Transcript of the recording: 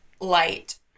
Light